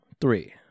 Three